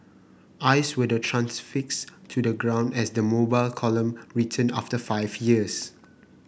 eyes were then transfixed to the ground as the Mobile Column returned after five years